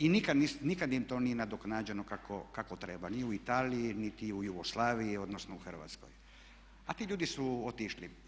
I nikad im to nije nadoknađeno kako treba ni u Italiji, niti u Jugoslaviji, odnosno u Hrvatskoj, a ti ljudi su otišli.